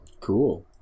cool